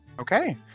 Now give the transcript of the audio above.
Okay